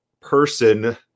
person